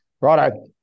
Righto